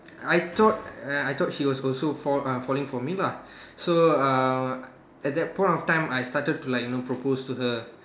I thought I thought she was also fall~ uh falling for me lah so at that point of time I started to like you know propose to her